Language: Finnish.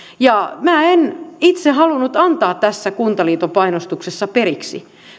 minä en itse halunnut antaa tässä kuntaliiton painostuksessa periksi